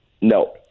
No